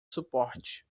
suporte